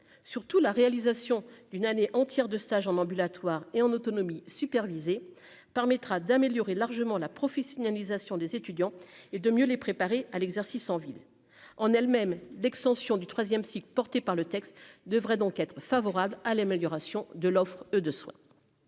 surtout la réalisation d'une année entière de stages en ambulatoire et en autonomie, supervisée par mettra d'améliorer largement la professionnalisation des étudiants et de mieux les préparer à l'exercice en ville en elle-même d'extension du 3ème cycle portées par le texte devrait donc être favorable à l'amélioration de l'offre de soin